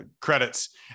credits